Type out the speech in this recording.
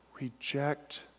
Reject